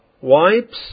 wipes